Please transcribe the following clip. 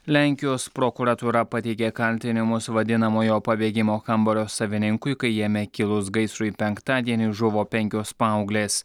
lenkijos prokuratūra pateikė kaltinimus vadinamojo pabėgimo kambario savininkui kai jame kilus gaisrui penktadienį žuvo penkios paauglės